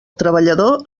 treballador